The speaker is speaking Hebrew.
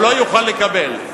הוא לא יוכל לקבל.